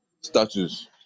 status